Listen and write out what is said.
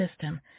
system